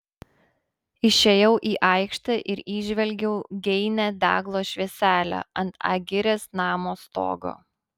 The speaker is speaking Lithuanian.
išėjau į aikštę ir įžvelgiau geinią deglo švieselę ant agirės namo stogo